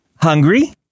hungry